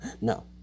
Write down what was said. No